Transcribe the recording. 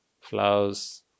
flowers